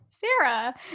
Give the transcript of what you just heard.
Sarah